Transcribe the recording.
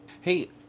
Hey